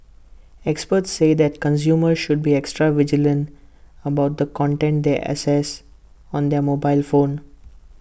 experts say that consumers should be extra vigilant about the content they access on their mobile phone